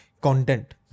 content